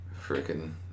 freaking